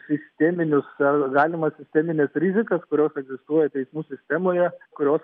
sisteminius ar galimas sistemines rizikas kurios egzistuoja teismų sistemoje kurios